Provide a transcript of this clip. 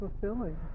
fulfilling